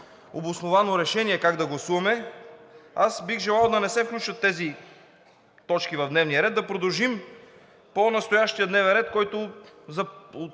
обосновано решение как да гласуваме. Бих желал да не се включват тези точки в дневния ред. Да продължим по настоящия дневен ред, който